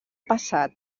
passat